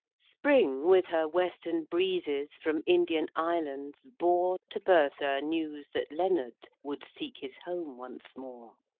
spring, with her western breezes, from indian islands bore to bertha news that leonard would seek his home once more.